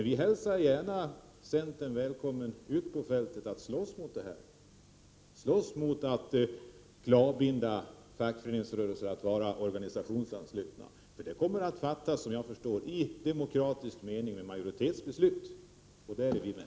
Vi hälsar gärna er i centern välkomna ut på fältet för att slåss mot dem som vill klavbinda fackföreningsrörelsen att vara organisationsansluten. Såvitt jag förstår kommer det i demokratisk mening att bli fråga om ett majoritetsbeslut, och där är vi med.